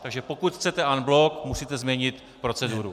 Takže pokud chcete en bloc, musíte změnit proceduru.